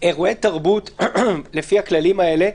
אירועי תרבות לפי הכללים האלה,